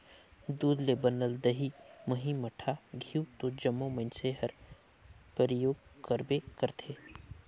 दूद ले बनल दही, मही, मठा, घींव तो जम्मो मइनसे हर परियोग करबे करथे